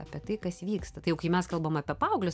apie tai kas vyksta tai jau kai mes kalbam apie paauglius